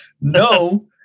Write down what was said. no